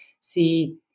see